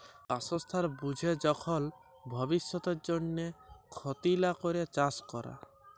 বাসস্থাল বুঝে যখল ভব্যিষতের জন্হে ক্ষতি লা ক্যরে চাস ক্যরা